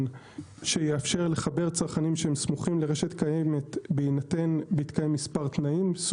שיאפשר לחבר צרכנים שסמוכים לרשות קיימת בהתקיים מספר תנאים,